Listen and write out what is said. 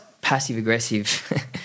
passive-aggressive